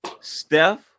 Steph